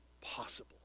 possible